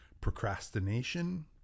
procrastination